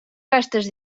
gastes